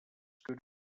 good